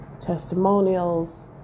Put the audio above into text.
testimonials